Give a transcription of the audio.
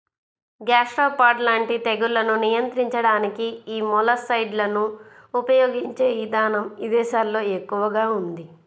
gastropod లాంటి తెగుళ్లను నియంత్రించడానికి యీ మొలస్సైడ్లను ఉపయిగించే ఇదానం ఇదేశాల్లో ఎక్కువగా ఉంది